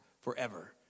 forever